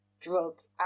drugs